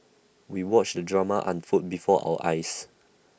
we watched the drama unfold before our eyes